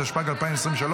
התשפ"ג 2023,